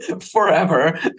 forever